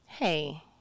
Hey